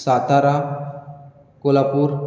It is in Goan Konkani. सातारा कोल्हापूर